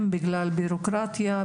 בגלל בירוקרטיה,